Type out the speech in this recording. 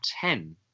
ten